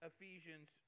Ephesians